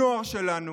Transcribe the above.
הנוער שלנו,